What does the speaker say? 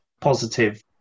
positive